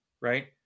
right